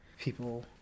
people